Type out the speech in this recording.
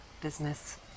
business